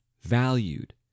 valued